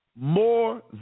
more